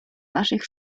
naszych